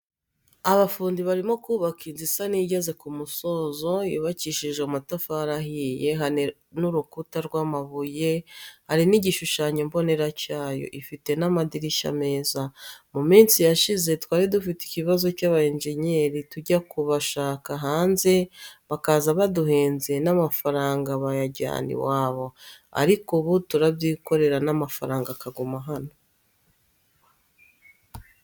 Abafundi barimo kubaka inzu isa nigeze kumusozo yubakishijwe amatafari ahiye hari n'urukuta rwamabuye hari nigishushanyo mbonera cyayo ifite namadirishya meza. muminsi yashize twari dufite ikibazo cyaba engeniyeri tujya kubashaka hanze bakaza baduhenze namafaranga bayajyana iwabo. ariko ubu turabyikorera namafaranga akaguma hano.